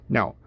Now